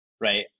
right